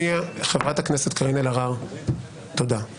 חברת הכנסת קארין אלהרר, תודה.